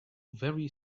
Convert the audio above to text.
very